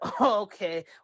okay